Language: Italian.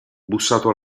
bussato